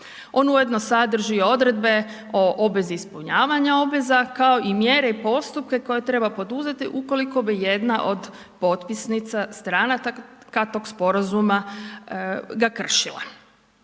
on ujedno sadrži odredbe o obvezi ispunjavanja obveza kao i mjere i postupke koje treba poduzeti ukoliko bi jedna od potpisnica stranka tog sporazuma ga kršila.